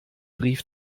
brief